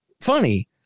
funny